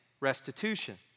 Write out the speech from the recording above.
restitution